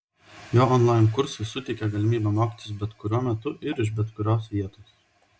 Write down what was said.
jo onlain kursai suteikė galimybę mokytis bet kuriuo metu ir iš bet kurios vietos